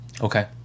Okay